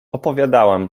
opowiadałam